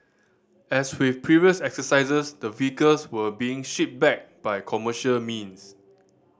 as with previous exercises the vehicles were being shipped back by commercial means